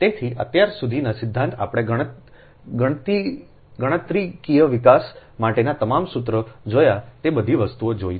તેથી અત્યાર સુધીનો સિદ્ધાંત આપણે ગણતરીકીય વિકાસ માટેના તમામ સૂત્રો જોયા છે તે બધી વસ્તુઓ જોઇ છે